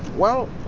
well,